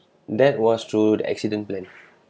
that was through the accident plan